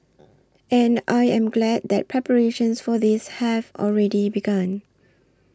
and I am glad that preparations for this have already begun